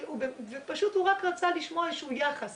פשוט הוא רק רצה לשמוע יחס,